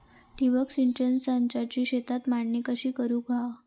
ठिबक सिंचन संचाची शेतात मांडणी कशी करुची हा?